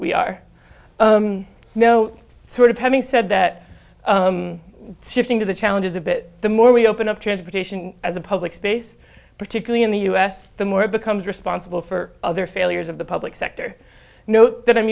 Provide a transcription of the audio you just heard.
we are know sort of having said that shifting to the challenges a bit the more we open up transportation as a public space particularly in the u s the more it becomes responsible for other failures of the public sector note that i'm